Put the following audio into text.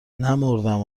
نمـردم